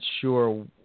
sure